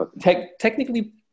technically